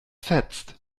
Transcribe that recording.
fetzt